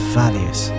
values